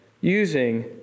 using